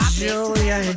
julia